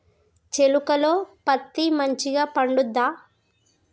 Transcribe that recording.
చేలుక లో పత్తి మంచిగా పండుద్దా?